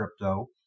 crypto